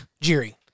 Jiri